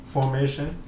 Formation